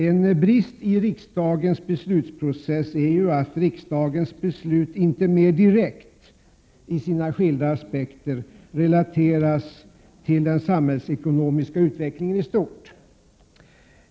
En brist i riksdagens beslutsprocess är att riksdagens beslut inte mer direkt i sina skilda aspekter relateras till den samhällsekonomiska utvecklingen i stort.